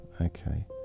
Okay